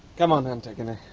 come on, antigone.